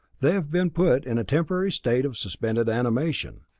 they have been put in a temporary state of suspended animation.